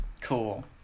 cool